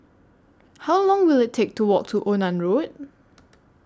How Long Will IT Take to Walk to Onan Road